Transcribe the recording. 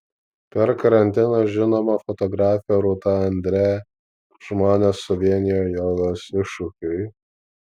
per karantiną žinoma fotografė rūta andre žmones suvienijo jogos iššūkiui